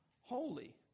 holy